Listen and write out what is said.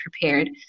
prepared